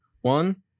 one